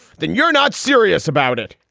then you're not serious about it.